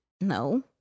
No